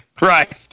Right